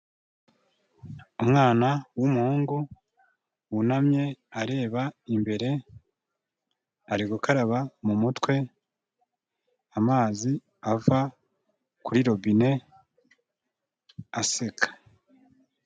Umwana w'umuhungu wunamye areba imbere, ari gukaraba mu mutwe amazi ava kuri robine aseka.